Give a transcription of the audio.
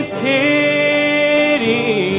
pity